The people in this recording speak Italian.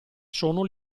sono